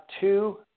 two